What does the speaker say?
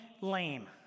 lame